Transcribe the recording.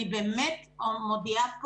אני באמת מודיעה פה,